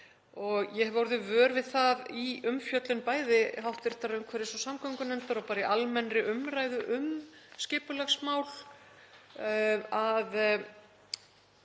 Ég hef orðið vör við það í umfjöllun bæði hv. umhverfis- og samgöngunefndar og bara í almennri umræðu um skipulagsmál að